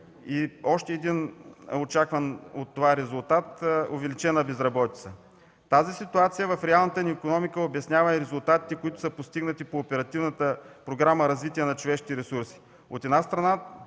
И още един очакван от това резултат – увеличената безработица. Тази ситуация в реалната ни икономика обяснява и резултатите, които са постигнати по Оперативната